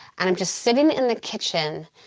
and i'm just sitting in the kitchen,